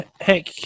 heck